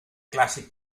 clàssic